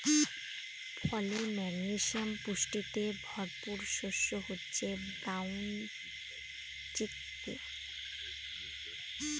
ফলে, ম্যাগনেসিয়াম পুষ্টিতে ভরপুর শস্য হচ্ছে ব্রাউন চিকপি